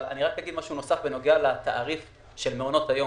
אני אומר משהו נוסף בנוגע לתעריף של מעונות היום.